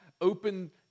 open